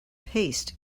paste